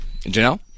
Janelle